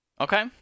okay